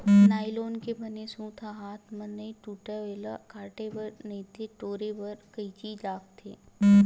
nylon के बने सूत ह हाथ म नइ टूटय, एला काटे बर नइते टोरे बर कइची लागथे